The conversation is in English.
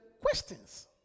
questions